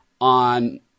on